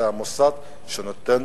זה המוסד שנותן